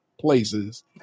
places